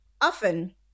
Often